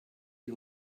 die